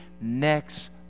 next